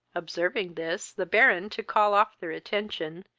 observing this, the baron, to call off their attention,